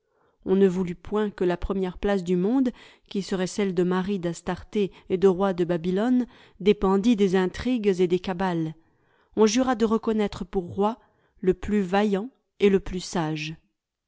on ne voulut point que la première place du monde qui serait celle de mari d'astarté et de roi de babylone dépendît des intrigues et des cabales on jura de reconnaître pour roi le plus vaillant et le plus sage